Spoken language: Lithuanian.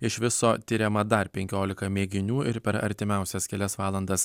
iš viso tiriama dar penkiolika mėginių ir per artimiausias kelias valandas